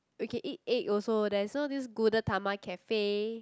we can eat egg also there's so this Gudetama cafe